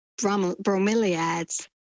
bromeliads